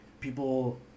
people